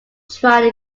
tried